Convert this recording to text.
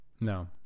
No